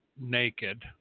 naked